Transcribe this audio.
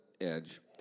edge